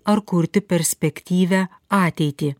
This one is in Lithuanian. ar kurti perspektyvią ateitį